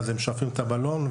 והם שואפים את הבלון.